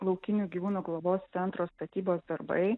laukinių gyvūnų globos centro statybos darbai